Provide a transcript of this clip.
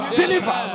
deliver